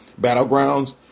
battlegrounds